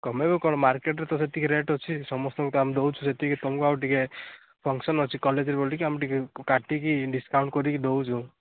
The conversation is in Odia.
କମାଇବ କ'ଣ ମାର୍କେଟ୍ରେ ତ ସେତିକି ରେଟ୍ ଅଛି ସମସ୍ତଙ୍କୁ ତ ଆମେ ଦେଉଛୁ ସେତିକିରେ ତମକୁ ଆଉ ଟିକିଏ ଫଙ୍କସନ୍ ଅଛି କଲେଜରେ ବୋଲି କି ଆମେ ଟିକିଏ କାଟିକି ଡିସକାଉଣ୍ଟ କରିକି ଦେଉଛୁ